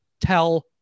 tell